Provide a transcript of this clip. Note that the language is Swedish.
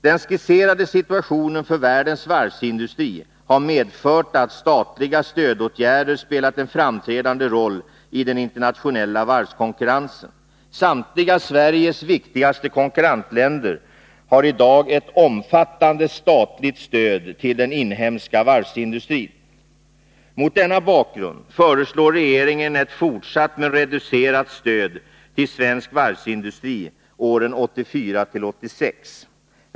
Den skisserade situationen för världens varvsindustri har medfört att statliga stödåtgärder spelat en framträdande roll i den internationella varvskonkurrensen. Samtliga Sveriges viktigaste konkurrentländer har i dag ett omfattande statligt stöd till den inhemska varvsindustrin. Mot denna bakgrund föreslår regeringen ett fortsatt, men reducerat, stöd till svensk varvsindustri åren 1984-1986.